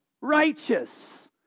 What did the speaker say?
righteous